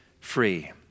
free